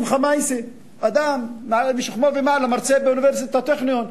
את ראסם ח'מאיסי, אדם משכמו ומעלה, מרצה בטכניון?